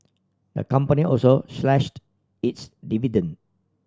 the company also slashed its dividend